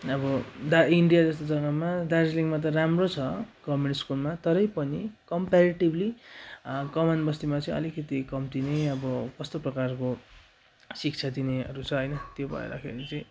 अब दा इन्डिया जस्तो जग्गामा दार्जिलिङमा त राम्रो छ गभर्मेन्ट स्कुलमा तरै पनि कम्प्यार्याटिभली कमानबस्तीमा चाहिँ अलिकिति कम्ती नै अब कस्तो प्रकारको शिक्षा दिनेहरू छ होइन त्यो भएरखेरि चाहिँ